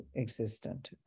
existent